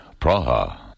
Praha